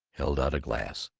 held out a glass,